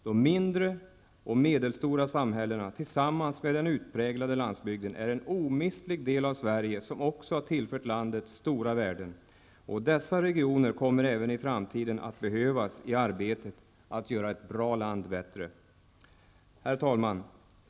De mindre och medelstora samhällena, tillsammans med den utpräglade landsbygden, är en omistlig del av Sverige som också har tillfört landet stora värden. Dessa regioner kommer även i framtiden att behövas i arbetet att göra ett bra land bättre. Herr talman!